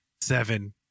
seven